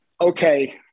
okay